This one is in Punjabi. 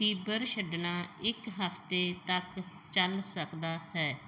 ਤੀਬਰ ਛੱਡਣਾ ਇੱਕ ਹਫ਼ਤੇ ਤੱਕ ਚੱਲ ਸਕਦਾ ਹੈ